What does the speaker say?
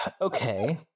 Okay